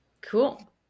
Cool